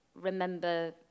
remember